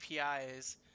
APIs